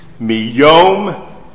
Miyom